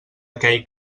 aquell